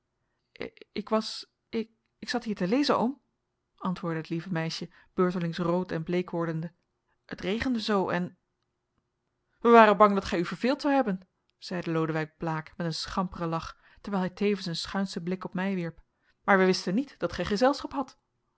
ik was ik zat hier te lezen oom antwoordde het lieve meisje beurtelings rood en bleek wordende het regende zoo en wij waren bang dat gij u verveeld zoudt hebben zeide lodewijk blaek met een schamperen lach terwijl hij tevens een schuinschen blik op mij wierp maar wij wisten niet dat gij gezelschap hadt